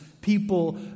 people